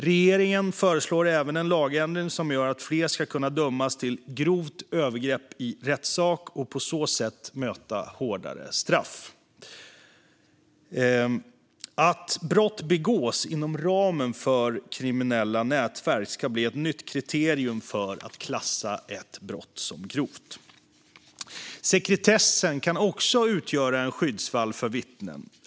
Regeringen föreslår även en lagändring som gör att fler ska kunna dömas till grovt övergrepp i rättssak och på så sätt möta hårdare straff. Att brott begås inom ramen för kriminella nätverk ska bli ett nytt kriterium för att klassa ett brott som grovt. Sekretessen kan också utgöra en skyddsvall för vittnen.